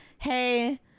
hey